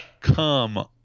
come